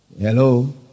hello